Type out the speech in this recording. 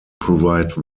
provide